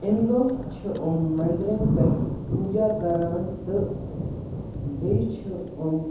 اَمہِ دۄہ چھِ یِم مٔندرَن پٮ۪ٹھ پوجا کَران تہٕ بیٚیہِ چھِ یِم